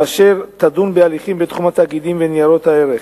ואשר תדון בהליכים בתחום התאגידים וניירות הערך.